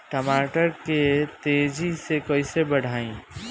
टमाटर के तेजी से कइसे बढ़ाई?